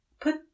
put